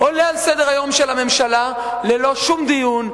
עולה על סדר-היום של הממשלה ללא שום דיון.